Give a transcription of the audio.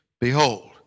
Behold